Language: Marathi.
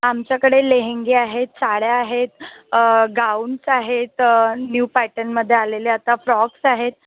आमच्याकडे लेहेंगे आहेत साड्या आहेत गाऊन्स आहेत न्यू पॅटनमध्ये आलेले आता फ्रॉक्स आहेत